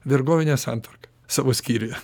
vergovinę santvarką savo skyriuje